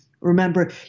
remember